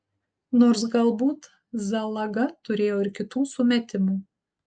nors galbūt zalaga turėjo ir kitų sumetimų